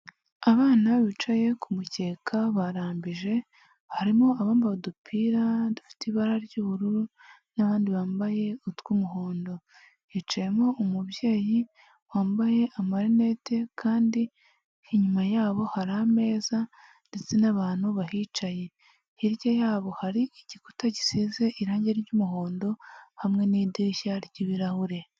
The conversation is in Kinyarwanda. Abana bicaye ku mukeka barambije harimo abambaye udupira dufite ibara ry'ubururu n'abandi bambaye utw'umuhondo. Hicayemo umubyeyi wambaye amarinete kandi inyuma yabo hari ameza ndetse n'abantu bahicaye hirya yabo hari igikuta gisize irangi ry'umuhondo hamwe n'idirishya ry'ibirahure.